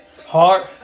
Heart